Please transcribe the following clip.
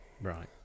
Right